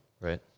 Right